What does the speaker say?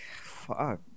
fuck